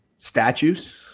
statues